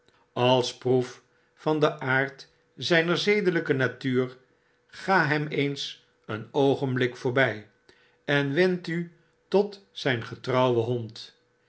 als proef van den aard zyner zedelyke natuur ga hem eens een oogenblik voorby en wend u tot zijn getrouwen hond